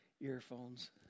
earphones